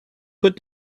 put